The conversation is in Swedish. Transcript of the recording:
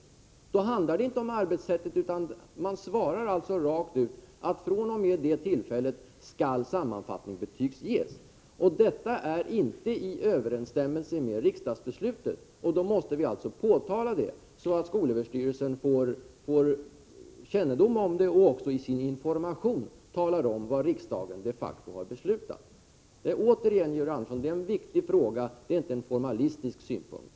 Då handlar det inte om arbetssättet, utan man svarar rakt ut att fr.o.m. det tillfället skall sammanfattningsbetyg ges. Detta är inte i överensstämmelse med riksdagsbeslutet, och det måste vi påtala så att skolöverstyrelsen får kännedom om det och också i sin information talar om, vad riksdagen de facto har beslutat. Detta, Georg Andersson, är en viktig fråga och inte en formalistisk synpunkt.